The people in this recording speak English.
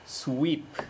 sweep